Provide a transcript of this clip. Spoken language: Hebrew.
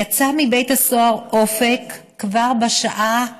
יצא מבית הסוהר אופק כבר בשעה 03:30,